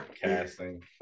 casting